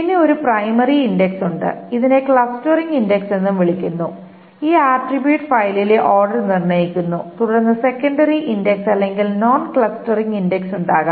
പിന്നെ ഒരു primary index ഉണ്ട് ഇതിനെ ക്ലസ്റ്ററിംഗ് ഇൻഡെക്സ് എന്നും വിളിക്കുന്നു ഈ ആട്രിബ്യൂട്ട് ഫയലിലെ ഓർഡർ നിർണ്ണയിക്കുന്നു തുടർന്ന് സെക്കൻഡറി ഇൻഡക്സ് അല്ലെങ്കിൽ നോൺ ക്ലസ്റ്ററിംഗ് ഇൻഡക്സ് ഉണ്ടാകാം